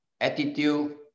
attitude